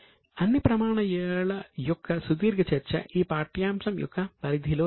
అన్ని ప్రమాణాల యొక్క సుదీర్ఘ చర్చ ఈ పాఠ్యాంశం యొక్క పరిధిలో లేదు